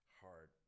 hard